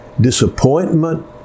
disappointment